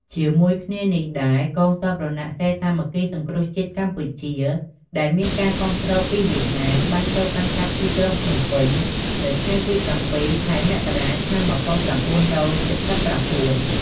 ជាមួយគ្នានេះដែរកងទ័ពរណសិរ្សសាមគ្គីសង្គ្រោះជាតិកម្ពុជា ដែលមានការគាំទ្រពីវៀតណាម បានចូលកាន់កាប់ទីក្រុងភ្នំពេញនៅថ្ងៃទី៧ ខែមករា ឆ្នាំ១៩៧៩។